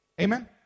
Amen